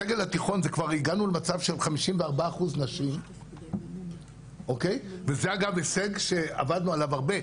בסגל התיכון כבר הגענו למצב של 54% נשים וזה אגב הישג שעבדנו עליו הרבה,